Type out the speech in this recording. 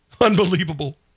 Unbelievable